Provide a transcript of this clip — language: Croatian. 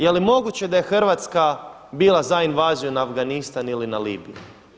Je li moguće da je Hrvatska bila za invaziju na Afganistan ili na Libiju.